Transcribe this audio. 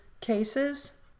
cases